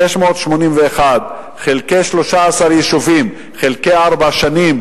681 חלקי 13 יישובים חלקי ארבע שנים,